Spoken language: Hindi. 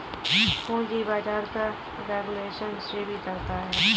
पूंजी बाजार का रेगुलेशन सेबी करता है